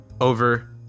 over